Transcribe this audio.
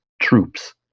troops